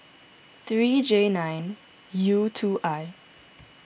three J nine U two I